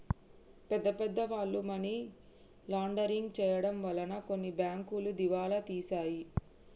పెద్ద పెద్ద వాళ్ళు మనీ లాండరింగ్ చేయడం వలన కొన్ని బ్యాంకులు దివాలా తీశాయి